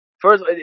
First